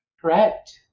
correct